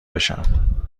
بشم